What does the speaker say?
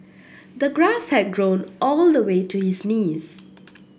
the grass had grown all the way to his knees